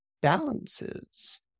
balances